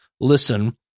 listen